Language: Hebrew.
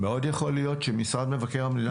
מאוד יכול להיות שמשרד מבקר המדינה